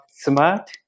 smart